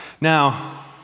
Now